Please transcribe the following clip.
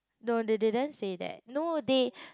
no they didn't say that no they